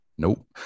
Nope